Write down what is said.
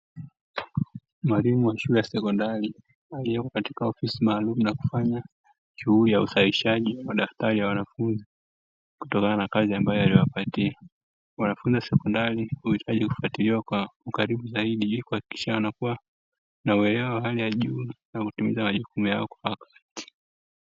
Mwalimu wa shule ya sekondari aliyeko katika ofisi maalumu na kufanya shughuli ya usahishaji wa madaftari ya wanafunzi kutokana na kazi ambayo aliwapatia, wanafunzi wa sekondari huitaji kufuatiliwa kwa ukaribu zaidi; ili kuhakikisha wanakuwa na uelewa wa hali ya juu na kutunza majukumu yao kwa wakati.